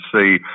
see